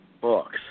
books